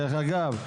דרך אגב,